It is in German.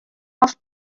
auf